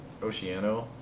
Oceano